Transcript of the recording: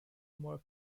more